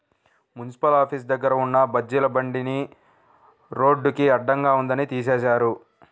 municipal office దగ్గర ఉన్న బజ్జీల బండిని రోడ్డుకి అడ్డంగా ఉందని తీసేశారు